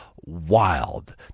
wild